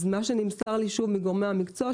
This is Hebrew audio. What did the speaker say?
אז מה שנמסר לי שוב מגורמי המקצוע,